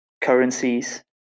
currencies